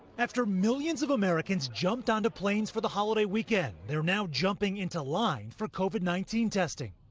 after millions of americans jumped onto planes for the holiday weekend they're now jumping into line for covid nineteen testing.